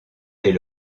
des